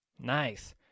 Nice